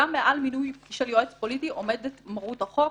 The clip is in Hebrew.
גם מעל מינוי של יועץ פוליטי עומדת מרות החוק,